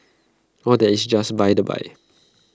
all that is just by the by